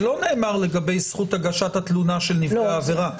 זה לא נאמר לגבי זכות הגשת התלונה של נפגע עבירה.